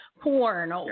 porn